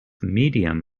medium